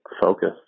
focus